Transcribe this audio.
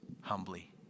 humbly